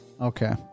Okay